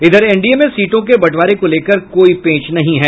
इधर एनडीए में सीटों के बंटवारे को लेकर कोई पेंच नहीं है